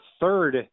third